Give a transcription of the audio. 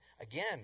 Again